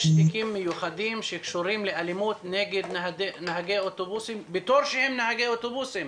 תיקים מיוחדים שקשורים לאלימות נהגי אוטובוסים בתור שהם נהגי אוטובוס?